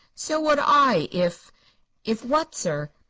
so would i, if if what, sir?